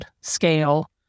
scale